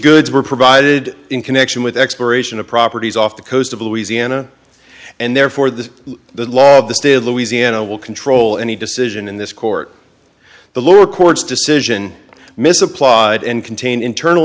goods were provided in connection with the expiration of properties off the coast of louisiana and therefore the law of the state of louisiana will control any decision in this court the lower court's decision misapplied and contain internal